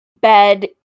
bed